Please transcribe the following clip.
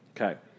Okay